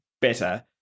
better